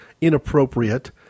inappropriate